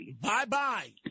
Bye-bye